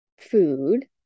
food